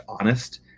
honest